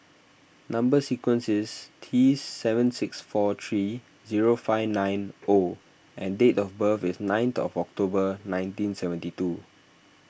Number Sequence is T seven six four three zero five nine O and date of birth is ninth of October nineteen seventy two